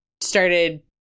started